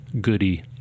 Goody